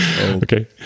Okay